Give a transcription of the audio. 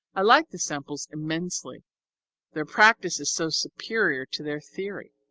i like the semples immensely their practice is so superior to their theory.